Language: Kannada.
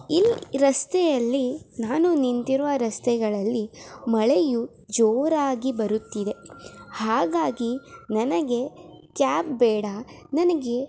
ಇಲ್ಲಿ ರಸ್ತೆಯಲ್ಲಿ ನಾನು ನಿಂತಿರುವ ರಸ್ತೆಗಳಲ್ಲಿ ಮಳೆಯು ಜೋರಾಗಿ ಬರುತ್ತಿದೆ ಹಾಗಾಗಿ ನನಗೆ ಕ್ಯಾಬ್ ಬೇಡ ನನಗೆ